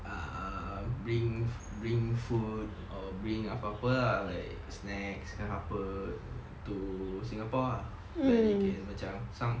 um bring bring food or bring apa-apa lah like snacks ke apa to singapore lah like they can macam some